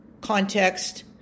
context